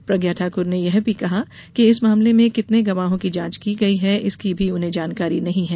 प्रज्ञा ठाक्र ने यह भी कहा कि इस मामले में कितने गवाहों की जांच की गई है इसकी भी उन्हें जानकारी नहीं है